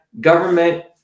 government